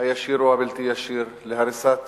הישיר או הבלתי-ישיר להריסת